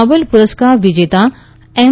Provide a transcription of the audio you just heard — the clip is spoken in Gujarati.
નોબેલ પુરસ્કાર વિજેતા એમ